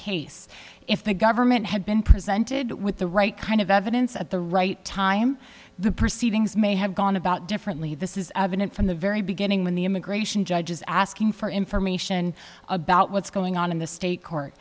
case if the government had been presented with the right kind of evidence at the right time the proceedings may have gone about differently this is evident from the very beginning when the immigration judge is asking for information about what's going on in the state court